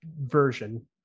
version